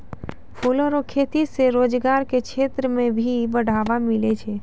फूलो रो खेती से रोजगार के क्षेत्र मे भी बढ़ावा मिलै छै